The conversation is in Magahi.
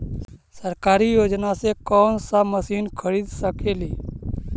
सरकारी योजना से कोन सा मशीन खरीद सकेली?